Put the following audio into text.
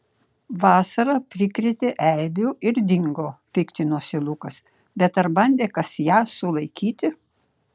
vasara prikrėtė eibių ir dingo piktinosi lukas bet ar bandė kas ją sulaikyti